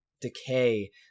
decay